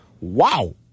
Wow